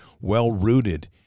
well-rooted